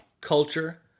culture